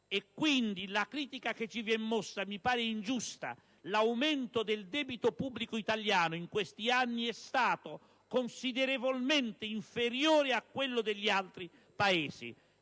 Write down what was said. Quindi, la critica che ci viene mossa è ingiusta. L'aumento del debito pubblico italiano in questi anni è stato considerevolmente inferiore a quello degli altri Paesi.